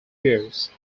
years